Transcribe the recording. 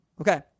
Okay